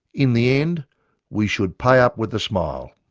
in the end we should pay up with a smile